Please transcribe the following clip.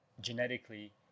genetically